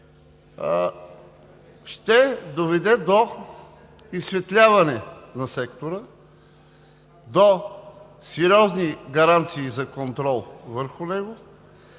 ще доведе до изсветляване на сектора, до сериозни гаранции за контрол върху него.